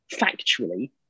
factually